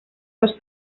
les